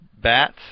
bats